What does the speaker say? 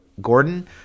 Gordon